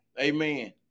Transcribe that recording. Amen